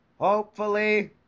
Hopefully